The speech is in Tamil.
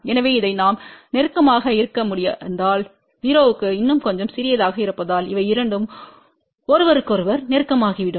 எனவே இதை நாம் நெருக்கமாக இருக்க முடிந்தால் 0 க்கு இன்னும் கொஞ்சம் சிறியதாக இருப்பதால் இவை இரண்டும் ஒருவருக்கொருவர் நெருக்கமாகிவிடும்